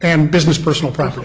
and business personal preference